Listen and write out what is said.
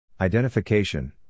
Identification